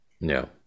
No